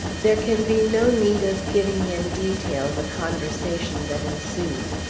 there can be no need of giving in detail the conversation that ensued.